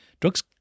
drugs